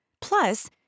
Plus